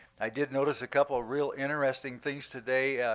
i did notice a couple real interesting things today.